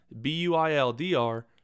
B-U-I-L-D-R